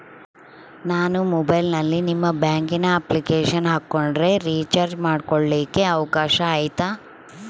ನಾನು ಮೊಬೈಲಿನಲ್ಲಿ ನಿಮ್ಮ ಬ್ಯಾಂಕಿನ ಅಪ್ಲಿಕೇಶನ್ ಹಾಕೊಂಡ್ರೆ ರೇಚಾರ್ಜ್ ಮಾಡ್ಕೊಳಿಕ್ಕೇ ಅವಕಾಶ ಐತಾ?